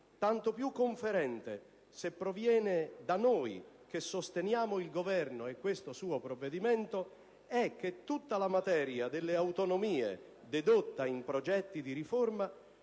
tanto più conferente, se proviene da noi che sosteniamo il Governo e questo suo provvedimento, è che tutta la materia delle autonomie dedotta in progetti di riforma